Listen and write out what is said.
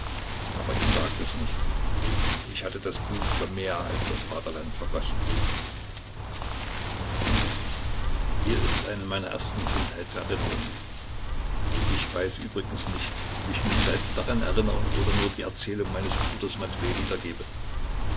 aber ich sagte es nicht ich hatte das blut für mehr als das vaterland vergossen hier ist eine meiner ersten kindheitserinnerungen ich weiß übrigens nicht ob ich mich selbst daran erinnere oder nur die erzählung meines bruders matwej wiedergebe